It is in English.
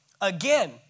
Again